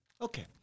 okay